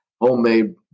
homemade